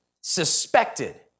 suspected